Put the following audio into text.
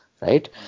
right